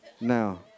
now